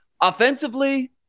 Offensively